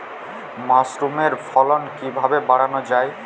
মাসরুমের ফলন কিভাবে বাড়ানো যায়?